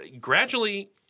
gradually